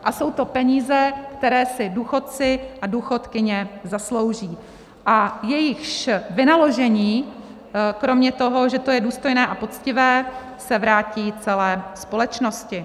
A jsou to peníze, které si důchodci a důchodkyně zaslouží a jejichž vynaložení kromě toho, že to je důstojné a poctivé, se vrátí celé společnosti.